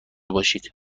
باشید